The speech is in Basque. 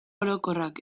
orokorrak